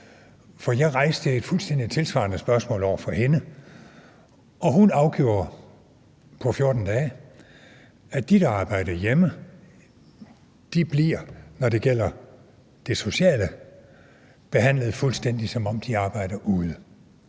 For jeg rejste et fuldstændig tilsvarende spørgsmål over for hende, og hun afgjorde på 14 dage, at de, der arbejder hjemme, bliver, når det gælder det sociale område, behandlet, fuldstændig som om de arbejder ude.